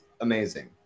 amazing